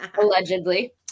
allegedly